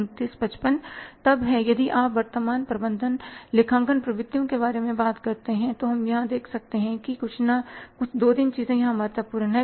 तब है यदि आप वर्तमान प्रबंधन लेखांकन प्रवृत्तियों के बारे में बात करते हैं तो हम यहां देख सकते हैं कि कुछ दो तीन चीजें यहां महत्वपूर्ण हैं